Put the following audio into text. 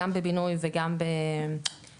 גם בבינוי וגם בשכירות.